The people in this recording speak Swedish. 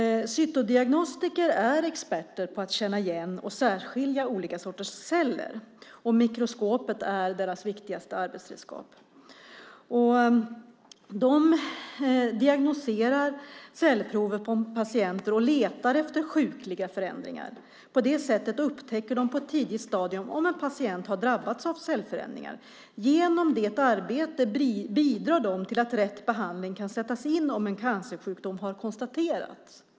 Cytodiagnostiker är experter på att känna igen och särskilja olika sorters celler. Mikroskopet är deras viktigaste arbetsredskap. De diagnostiserar cellprover på patienter och letar efter sjukliga förändringar. På det sättet upptäcker de på ett tidigt stadium om en patient har drabbats av cellförändringar. Genom det arbetet bidrar de till att rätt behandling kan sättas in om en cancersjukdom har konstaterats.